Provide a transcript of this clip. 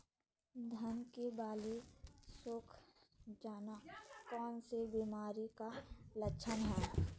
धान की बाली सुख जाना कौन सी बीमारी का लक्षण है?